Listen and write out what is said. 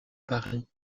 paris